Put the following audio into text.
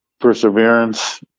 Perseverance